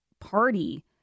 party